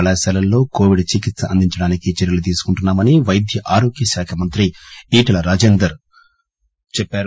కళాశాలల్లో కోవిడ్ చికిత్ప అందించడానికి చర్యలు తీసుకుంటున్నా మని వైద్య ఆరోగ్య శాఖ మంత్రి ఈటెల రాజేందర్ తెలిపారు